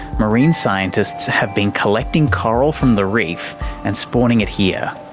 marine scientists have been collecting coral from the reef and spawning it here.